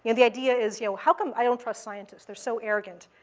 and the idea is, you know how come i don't trust scientists? they're so arrogant.